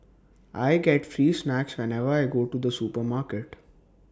I get free snacks whenever I go to the supermarket